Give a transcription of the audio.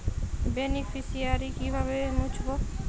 Beneficiary কিভাবে মুছব?